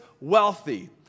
wealthy